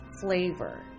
flavor